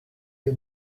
you